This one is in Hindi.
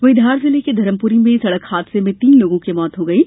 वहीं धार जिले के धरमपुरी में सड़क हादसे में तीन लोगों की मौत हो गई है